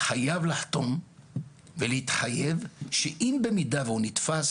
חייב לחתום ולהתחייב שאם במידה והוא נתפס,